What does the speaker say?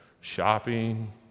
shopping